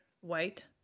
white